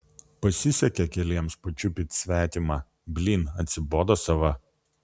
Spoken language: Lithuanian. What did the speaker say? pasisekė keliems pačiupyt svetimą blyn atsibodo sava